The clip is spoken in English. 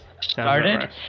started